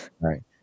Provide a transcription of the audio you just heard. Right